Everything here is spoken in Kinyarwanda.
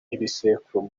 ibisekuru